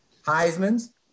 Heismans